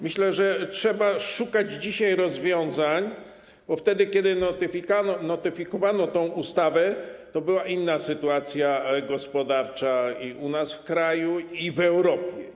Myślę, że trzeba szukać dzisiaj rozwiązań, bo wtedy kiedy notyfikowano tę ustawę, była inna sytuacja gospodarcza i u nas w kraju, i w Europie.